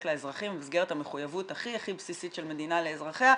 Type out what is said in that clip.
לאזרחים במסגרת המחויבות הכי בסיסית של מדינה לאזרחיה,